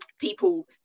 people